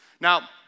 Now